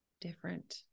different